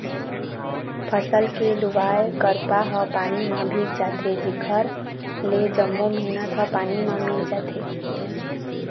फसल के लुवाय करपा ह पानी म भींग जाथे जेखर ले जम्मो मेहनत ह पानी म मिल जाथे